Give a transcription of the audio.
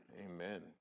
Amen